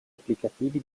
applicativi